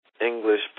English